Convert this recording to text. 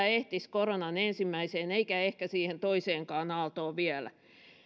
ehtisi koronan ensimmäiseen eikä ehkä siihen toiseenkaan aaltoon vielä